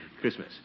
Christmas